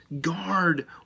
guard